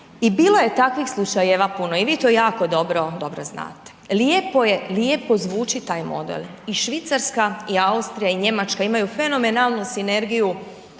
i bilo je takvih slučajeva puno i vi to jako dobro, dobro znate. Lijepo zvuči taj model i Švicarska i Austrija i njemačka imaju fenomenalnu sinergiju